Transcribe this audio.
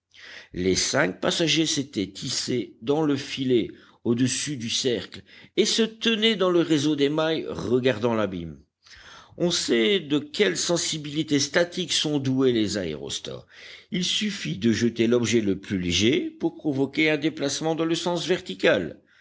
les cinq passagers s'étaient hissés dans le filet au-dessus du cercle et se tenaient dans le réseau des mailles regardant l'abîme on sait de quelle sensibilité statique sont doués les aérostats il suffit de jeter l'objet le plus léger pour provoquer un déplacement dans le sens vertical